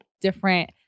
different